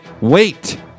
wait